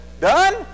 Done